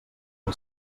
cap